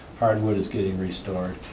hardwood is getting restored.